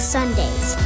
Sundays